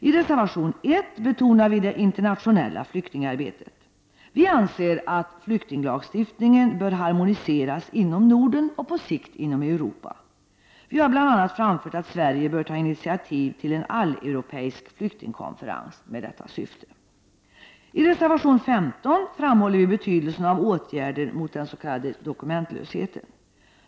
I reservation 1 betonar vi det internationella flyktingarbetet. Vi anser att flyktinglagstiftningen bör harmoniseras inom Norden och på sikt inom Europa. Vi har bl.a. framfört att Sverige bör ta initiativ till en alleuropeisk flyktingkonferens med detta syfte. I reservation 15 framhåller vi betydelsen av åtgärder mot den s.k. dokumentlösheten.